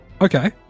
okay